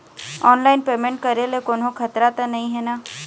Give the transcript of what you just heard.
Online payment करे ले कोन्हो खतरा त नई हे न?